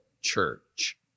church